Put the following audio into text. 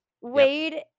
Wade